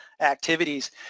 activities